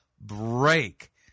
break